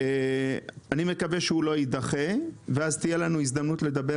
אני מקווה שהוא לא יידחה ואז תהיה לנו הזדמנות לדבר